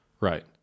Right